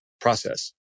process